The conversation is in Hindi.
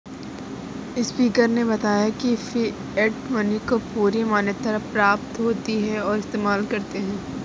स्पीकर ने बताया की फिएट मनी को पूरी मान्यता प्राप्त होती है और इस्तेमाल करते है